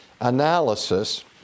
analysis